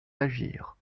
d’agir